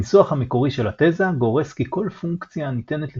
הניסוח המקורי של התזה גורס כי כל פונקציה הניתנת לחישוב,